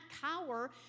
cower